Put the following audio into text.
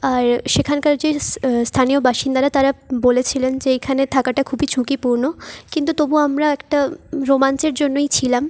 আর সেখানকার যে স্থানীয় বাসিন্দারা তারা বলেছিলেন যে এখানে থাকাটা খুবই ঝুঁকিপূর্ণ কিন্তু তবুও আমরা একটা রোমাঞ্চের জন্যই ছিলাম